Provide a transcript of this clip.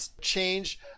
change